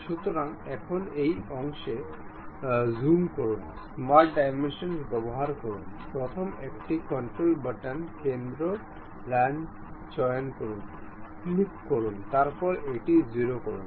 সুতরাং এখন এই অংশে জুম করুন স্মার্ট ডাইমেনশন ব্যবহার করুন প্রথম একটি কন্ট্রোল বাটন কেন্দ্র লাইন চয়ন করুন ক্লিক করুন তারপর এটি 0 করুন